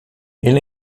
ele